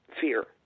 fear